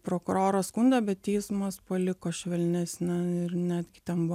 prokuroras skundė bet teismas paliko švelnesnę ir netgi ten buvo